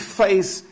face